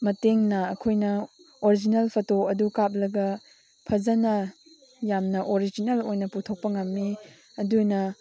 ꯃꯇꯦꯡꯅ ꯑꯩꯈꯣꯏꯅ original photo ꯑꯗꯨ ꯀꯥꯞꯂꯒ ꯐꯖꯅ ꯌꯥꯝꯅ ꯑꯣꯔꯤꯖꯤꯅꯦꯜ ꯑꯣꯏꯅ ꯄꯨꯊꯣꯛꯄ ꯉꯝꯃꯤ ꯑꯗꯨꯅ